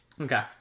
Okay